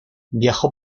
viajó